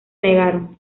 negaron